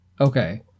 Okay